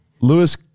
Lewis